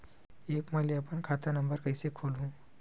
App म ले अपन खाता नम्बर कइसे खोलहु?